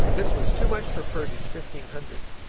this was too much for purdy's fifteen hundred.